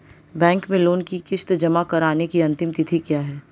Bank में loan की किश्त जमा कराने की अंतिम तिथि क्या है?